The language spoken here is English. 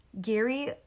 Gary